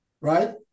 right